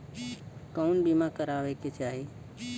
कउन बीमा करावें के चाही?